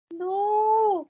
no